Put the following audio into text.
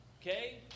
Okay